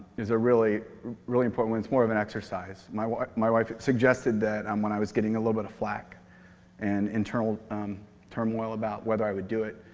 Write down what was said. is a really, really important it's more of an exercise. my wife my wife suggested that, and when i was getting a little bit of flak and internal turmoil about whether i would do it,